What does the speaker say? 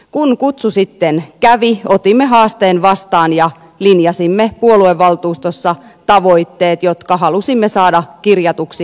kun kutsu sitten kävi otimme haasteen vastaan ja linjasimme puoluevaltuustossa tavoitteet jotka halusimme saada kirjatuksi hallitusohjelmaan